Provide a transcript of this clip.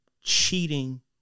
cheating